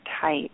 tight